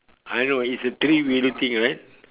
I know it's a three wheeler thing right